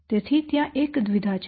તેથી ત્યાં એક દ્વિધા છે